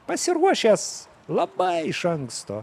pasiruošęs labai iš anksto